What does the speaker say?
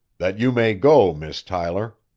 that you may go, miss tyler.